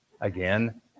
again